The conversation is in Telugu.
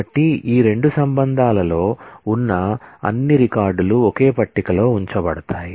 కాబట్టి ఈ రెండు రిలేషన్ లో ఉన్న అన్ని రికార్డులు ఒకే టేబుల్లో ఉంచబడతాయి